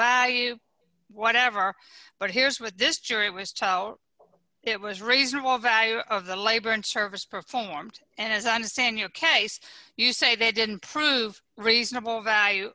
value whatever but here's what this jury was it was reasonable value of the labor and service performed and as i understand your case you say they didn't prove reasonable value